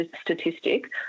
statistic